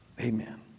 Amen